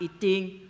eating